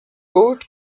gold